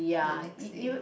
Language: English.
the next day